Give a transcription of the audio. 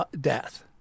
death